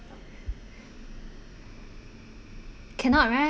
cannot right